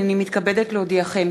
הנני מתכבדת להודיעכם,